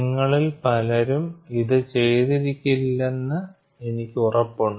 നിങ്ങളിൽ പലരും ഇത്ചെയ്തിരിക്കില്ലെന്ന് എനിക്ക് ഉറപ്പുണ്ട്